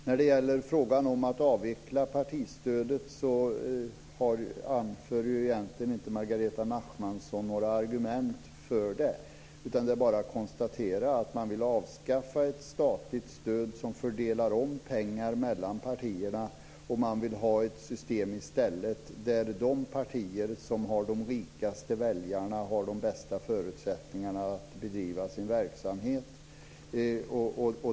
När det gäller frågan om att avveckla partistödet anför Margareta Nachmanson egentligen inte några argument för det, utan det är bara att konstatera att man vill avskaffa ett statligt stöd som fördelar om pengar mellan partierna. Man vill i stället ha ett system där de partier som har de rikaste väljarna har de bästa förutsättningarna att bedriva sin verksamhet.